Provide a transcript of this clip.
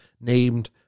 named